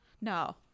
No